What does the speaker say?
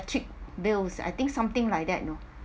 electric bills I think something like that no